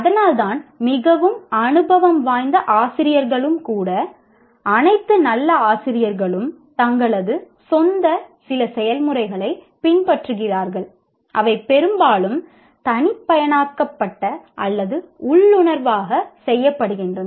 அதனால்தான் மிகவும் அனுபவம் வாய்ந்த ஆசிரியர்களும் அனைத்து நல்ல ஆசிரியர்களும் தங்களது சொந்த சில செயல்முறைகளைப் பின்பற்றுகிறார்கள் அவை பெரும்பாலும் தனிப்பயனாக்கப்பட்ட அல்லது உள்ளுணர்வாக செய்யப்படுகின்றன